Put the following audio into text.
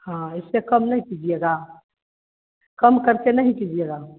हाँ इससे कम नहीं कीजिएगा कम करके नहीं दीजिएगा